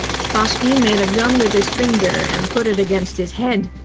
spassky made a gun with his finger and put it against his head.